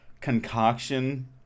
concoction